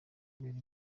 kubera